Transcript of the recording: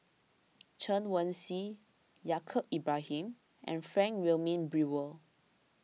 Chen Wen Hsi Yaacob Ibrahim and Frank Wilmin Brewer